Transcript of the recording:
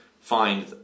find